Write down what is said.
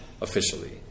officially